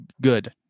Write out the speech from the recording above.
good